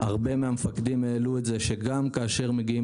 הרבה מהמפקדים העלו את זה שגם כאשר מגיעים